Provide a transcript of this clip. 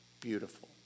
beautiful